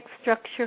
structure